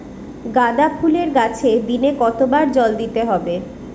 গাদা ফুলের গাছে দিনে কতবার জল দিতে হবে?